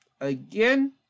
again